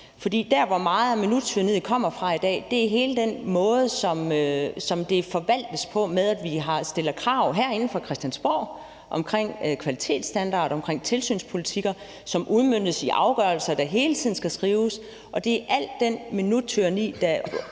der, hvor meget af minuttyranniet kommer fra i dag, er fra hele den måde, som det forvaltes på, med at vi stiller krav herinde fra Christiansborg om kvalitetsstandarder og tilsynspolitikker, som udmøntes i afgørelser, der hele tiden skal skrives, plus at vi skal opgøre ting